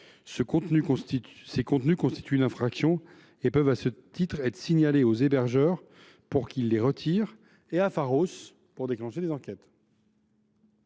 Ces contenus constituent une infraction et peuvent à ce titre être signalés aux hébergeurs pour qu’ils les retirent et à Pharos pour déclencher des enquêtes.